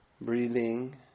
breathing